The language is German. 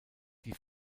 die